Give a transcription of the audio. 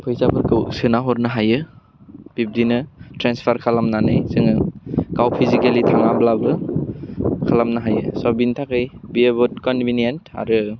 फैसाफोरखौ सोनानै हरनो हायो बिब्दिनो ट्रेन्सफार खालामनानै जोङो गाव फिजिकेलि थाङाब्लाबो खालामनो हायो स' बेनि थाखाय बियाबट कनफिनियन आरो